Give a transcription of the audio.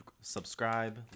subscribe